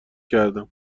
کردم